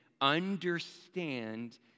understand